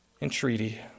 entreaty